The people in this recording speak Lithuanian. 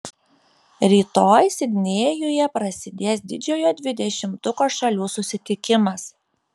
rytoj sidnėjuje prasidės didžiojo dvidešimtuko šalių susitikimas